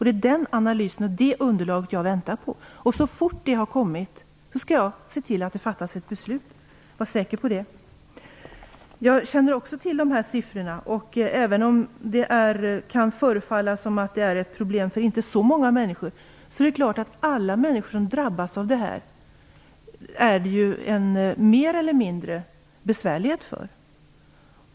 Det är en sådan analys och ett sådant underlag som jag väntar på. Så fort det har kommit skall jag se till att ett beslut fattas. Var säker på det! Också jag känner till nämnda siffror. Även om det kan förefalla vara fråga om ett problem som inte gäller så många människor är det klart att alla som drabbas har det mer eller mindre besvärligt.